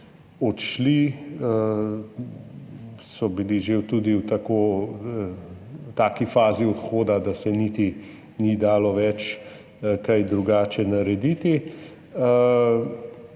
odšli, so bili že tudi v taki fazi odhoda, da se niti ni dalo več česa drugače narediti.